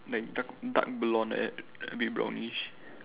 like dark dark blonde like that a bit brownish